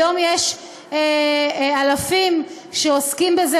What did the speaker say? היום יש אלפים שעוסקים בזה,